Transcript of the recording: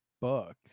book